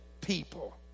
people